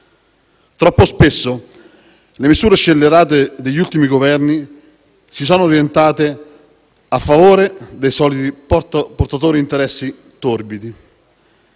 Troppo spesso le misure scellerate degli ultimi Governi si sono orientate a favore dei soliti portatori di interessi torbidi.